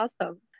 awesome